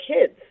kids